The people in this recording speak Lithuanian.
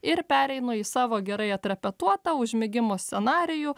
ir pereinu į savo gerai atrepetuotą užmigimo scenarijų